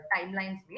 timelines